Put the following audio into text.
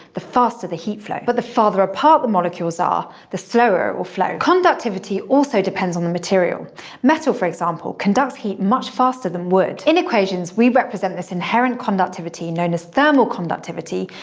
the faster the heat flow. but the farther apart the molecules are, the slower it'll flow. conductivity also depends on the material metal, for example, conducts heat much faster than wood. in equations, we represent this inherent conductivity, known as thermal conductivity,